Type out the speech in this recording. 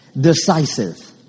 Decisive